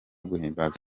guhimbaza